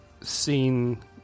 seen